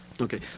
Okay